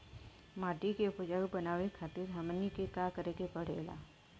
माटी के उपजाऊ बनावे खातिर हमनी के का करें के पढ़ेला?